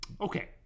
Okay